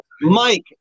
Mike